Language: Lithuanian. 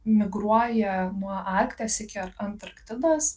migruoja nuo arkties iki antarktidos